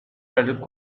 federal